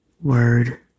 word